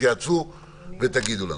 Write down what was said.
תתייעצו ותגידו לנו.